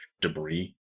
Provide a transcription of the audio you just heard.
debris